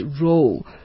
role